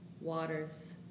waters